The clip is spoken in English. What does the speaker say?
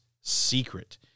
Secret